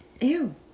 Ew